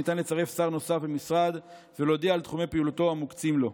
ניתן לצרף שר נוסף במשרד ולהודיע על תחומי פעילות המוקצים לו.